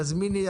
תזמיני,